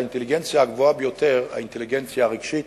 אבל האינטליגנציה הגבוהה ביותר היא האינטליגנציה הרגשית.